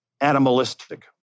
animalistic